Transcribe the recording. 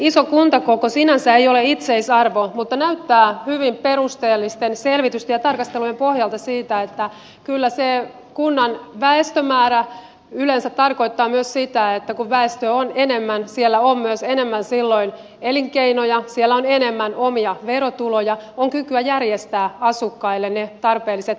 iso kuntakoko sinänsä ei ole itseisarvo mutta näyttää hyvin perusteellisten selvitysten ja tarkastelujen pohjalta siltä että kyllä se kunnan väestömäärä yleensä tarkoittaa myös sitä että kun väestöä on enemmän siellä on myös enemmän silloin elinkeinoja siellä on enemmän omia verotuloja on kykyä järjestää asukkaille ne tarpeelliset palvelut